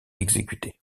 exécuter